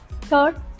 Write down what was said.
Third